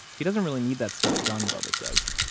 he doesn't really need that stuff done, bubba says.